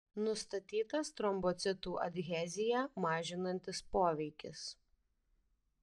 nustatytas trombocitų adheziją mažinantis poveikis